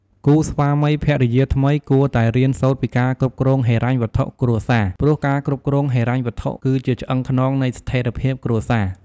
គូរស្វាមីភរិយាថ្មីគួតែរៀនសូត្រពីការគ្រប់គ្រងហិរញ្ញវត្ថុគ្រួសារ ព្រោះការគ្រប់គ្រងហិរញ្ញវត្ថុគឺជាឆ្អឹងខ្នងនៃស្ថេរភាពគ្រួសារ។